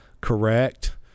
correct